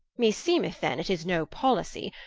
me seemeth then, it is no pollicie,